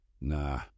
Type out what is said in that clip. Nah